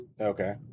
Okay